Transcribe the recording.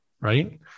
right